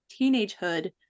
teenagehood